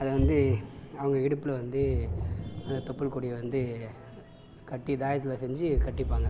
அதை வந்து அவங்க இடுப்பில் வந்து அந்த தொப்புள் கொடியை வந்து கட்டி தாயத்தில் செஞ்சு கட்டிப்பாங்க